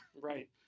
Right